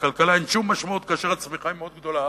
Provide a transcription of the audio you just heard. ולכלכלה אין שום משמעות כאשר הצמיחה היא מאוד גדולה